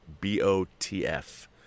B-O-T-F